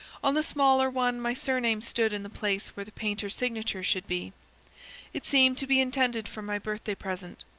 on the smaller one my surname stood in the place where the painter's signature should be it seemed to be intended for my birthday present.